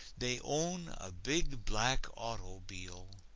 they own a big black auto'bile.